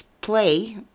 play